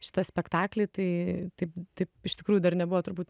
šitą spektaklį tai taip taip iš tikrųjų dar nebuvo turbūt